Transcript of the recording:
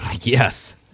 Yes